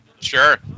Sure